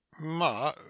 ma